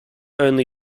only